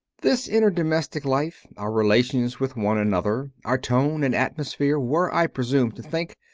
this inner domestic life, our relations with one another, our tone and atmosphere, were, i presume to think,